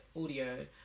audio